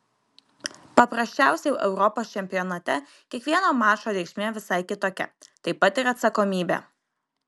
paprasčiausiai europos čempionate kiekvieno mačo reikšmė visai kitokia taip pat ir atsakomybė